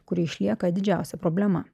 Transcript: kuri išlieka didžiausia problema